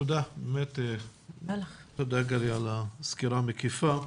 תודה, גליה, על הסקירה המקיפה.